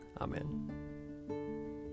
Amen